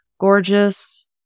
gorgeous